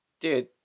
Dude